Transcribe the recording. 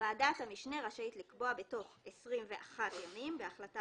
ועדת המשנה רשאית לקבוע בתוך 21 ימים בהחלטה